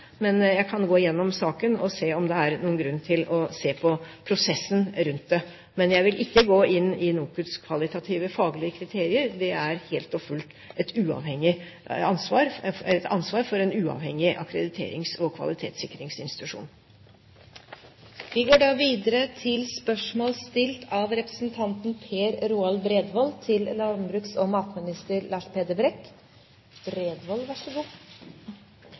men jeg kan gå gjennom saken og se om det er noen grunn til å se på prosessen rundt det, men jeg vil ikke gå inn i NOKUTs kvalitative faglige kriterier – det er helt og fullt et ansvar for en uavhengig akkrediterings- og kvalitetssikringsinstitusjon. Dette spørsmålet er trukket tilbake. Jeg ønsker å stille følgende spørsmål til landbruks- og